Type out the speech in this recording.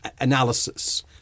analysis